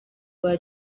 rwa